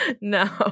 no